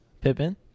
Pippen